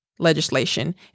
Legislation